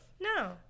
No